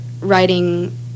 writing